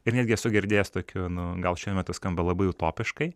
ir netgi esu girdėjęs tokių nu gal šiuo metu skamba labai utopiškai